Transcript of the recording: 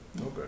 Okay